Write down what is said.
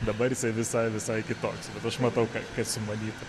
dabar jis visai visai kitoks bet aš matau kas sumanyta